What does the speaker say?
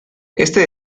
este